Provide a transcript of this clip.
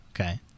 Okay